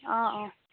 অ অ